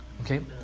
Okay